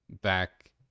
back